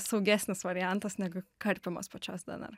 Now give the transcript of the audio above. saugesnis variantas negu karpymas pačios dnr